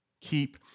Keep